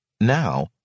Now